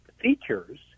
features